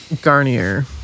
Garnier